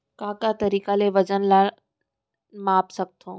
का का तरीक़ा ले वजन ला माप सकथो?